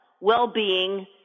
well-being